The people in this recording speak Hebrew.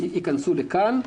ייכנסו לכאן.